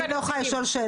אני לא יכולה לשאול שאלה?